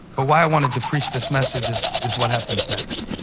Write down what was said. but why i wanted to preach this message is is what happens next.